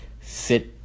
Sit